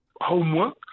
homework